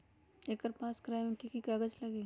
एकर पास करवावे मे की की कागज लगी?